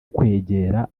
kwegera